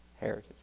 heritage